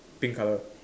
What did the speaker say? pink color